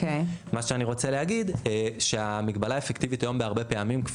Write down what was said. מה שאני רוצה להגיד זה שהמגבלה אפקטיבית היום בהרבה פעמים זה